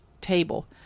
table